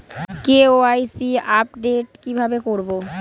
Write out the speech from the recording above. KYC update কি ভাবে করবো?